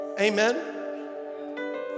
Amen